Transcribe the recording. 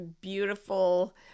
beautiful